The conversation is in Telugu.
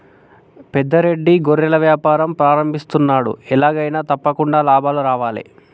పెద్ద రెడ్డి గొర్రెల వ్యాపారం ప్రారంభిస్తున్నాడు, ఎలాగైనా తప్పకుండా లాభాలు రావాలే